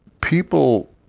people